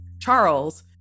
Charles